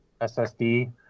SSD